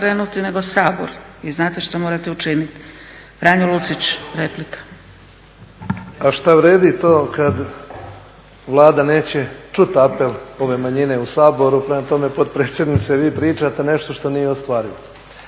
A šta vrijedi to kad Vlada neće čuti apel ove manjine u Saboru, prema tome potpredsjednice vi pričate nešto što nije ostvarivo.